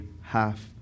half